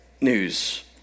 news